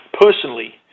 personally